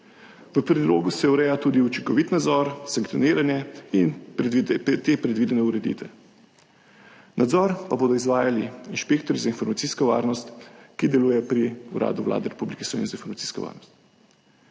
V predlogu se ureja tudi učinkovit nadzor, sankcioniranje te predvidene ureditve. Nadzor pa bodo izvajali inšpektorji za informacijsko varnost, ki delujejo pri Uradu Vlade Republike Slovenije za informacijsko varnost.